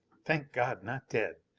thank god, not dead!